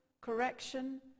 correction